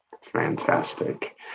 Fantastic